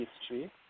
history